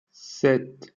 sept